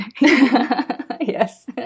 Yes